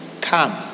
Come